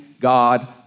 God